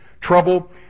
trouble